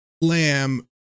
lamb